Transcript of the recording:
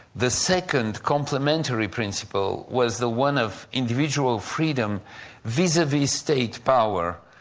the second complementary principle was the one of individual freedom vis a-vis state power,